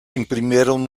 imprimieron